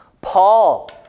Paul